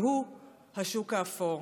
והוא השוק האפור.